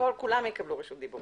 כולם יקבלו רשות דיבור.